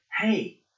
hey